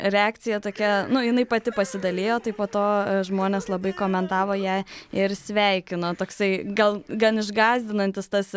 reakcija tokia nu jinai pati pasidalijo tai po to žmonės labai komentavo ją ir sveikino toksai gal gan išgąsdinantis tas